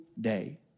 day